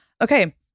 okay